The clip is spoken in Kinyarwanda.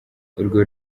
urwo